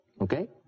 Okay